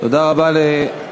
תודה רבה לשר